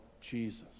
Jesus